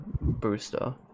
booster